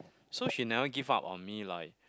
so she never give up on me like